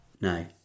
no